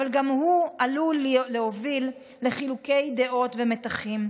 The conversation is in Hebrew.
אבל גם הוא עלול להוביל לחילוקי דעות ומתחים,